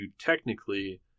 technically